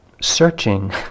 searching